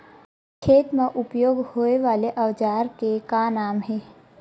खेत मा उपयोग होए वाले औजार के का नाम हे?